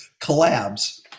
collabs